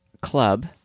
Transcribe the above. club